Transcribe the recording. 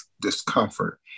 discomfort